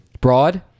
Broad